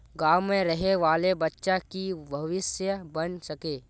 गाँव में रहे वाले बच्चा की भविष्य बन सके?